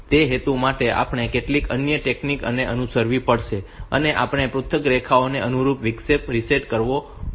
તે હેતુ માટે આપણે કેટલીક અન્ય ટેકનિક ને અનુસરવી પડશે અને આપણે પૃથક રેખાઓને અનુરૂપ વિક્ષેપ રીસેટ કરવાનો રહેશે